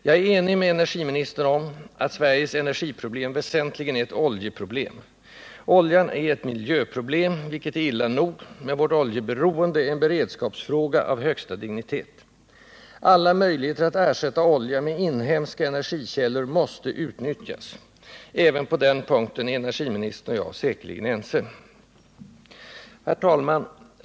Jag är enig med energiministern om att Sveriges energiproblem väsentligen är ett oljeproblem. Oljan är ett miljöproblem, vilket är illa nog, men vårt 107 oljeberoende är en beredskapsfråga av högsta dignitet. Alla möjligheter att ersätta olja med inhemska energikällor måste utnyttjas. Även på den punkten är energiministern och jag säkerligen ense. Herrtalman!